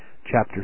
Chapter